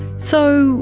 so